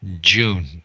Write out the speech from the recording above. June